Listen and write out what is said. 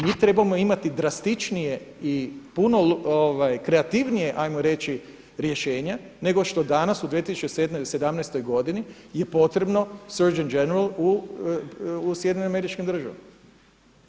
Njih trebamo imati drastičnije i puno kreativnije hajmo reći rješenja nego što danas u 2017. godini je potrebno Search and general u SAD-u.